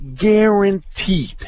guaranteed